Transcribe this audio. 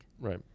Right